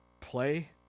play